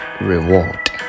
reward